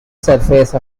surface